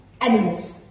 animals